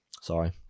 sorry